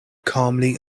calmly